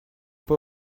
pas